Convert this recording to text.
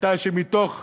הייתה שמתוך